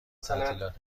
تعطیلات